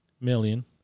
million